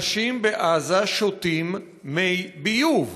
אנשים בעזה שותים מי ביוב.